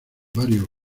varios